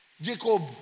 Jacob